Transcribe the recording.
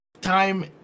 time